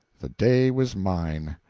the day was mine.